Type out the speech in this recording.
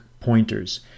pointers